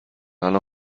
الان